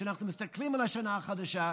כשאנחנו מסתכלים על השנה החדשה,